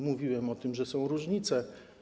Mówiłem o tym, że są różnice.